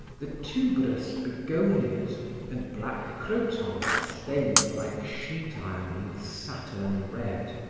the tuberous begonias and black crotons stained like sheet iron with saturn red.